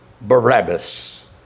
Barabbas